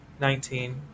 nineteen